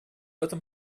этом